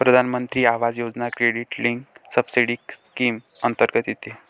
प्रधानमंत्री Awas Yojana credit linked subsidy scheme अंतर्गत येते